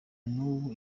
n’ubu